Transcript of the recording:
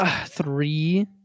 Three